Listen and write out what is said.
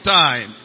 time